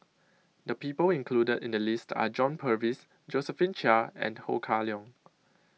The People included in The list Are John Purvis Josephine Chia and Ho Kah Leong